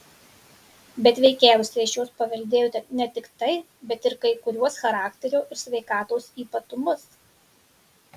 bet veikiausiai iš jos paveldėjote ne tik tai bet ir kai kuriuos charakterio ir sveikatos ypatumus